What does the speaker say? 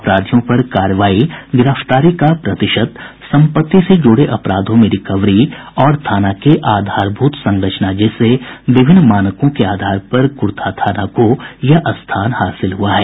अपराधियों पर कार्रवाई गिरफ्तारी का प्रतिशत सम्पत्ति से जुड़े अपराधों में रिकवरी और थाना के आधारभूत संरचना जैसे विभिन्न मानकों के आधार पर कुर्था थाना को यह स्थान हासिल हुआ है